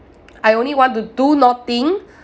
I only want to do nothing